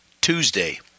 Tuesday